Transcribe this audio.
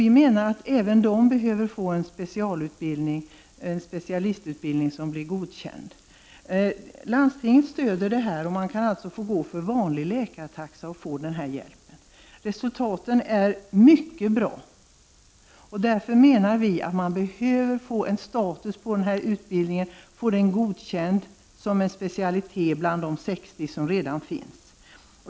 Vi menar att även de senare behöver få en specialistutbildning som blir godkänd. Landstinget stöder klinikens verksamhet, och man kan alltså få den hjälpen för vanlig läkartaxa. Resultaten är mycket bra. Därför menar vi att den här utbildningen behöver få status och bli godkänd som en specialitet bland de 60 som redan finns.